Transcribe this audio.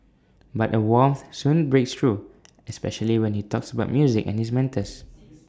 but A warmth soon breaks through especially when he talks about music and his mentors